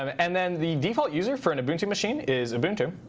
um and then the default user for an ubuntu machine is ubuntu.